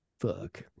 fuck